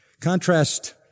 Contrast